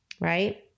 right